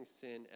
sin